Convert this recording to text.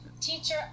teacher